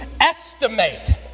estimate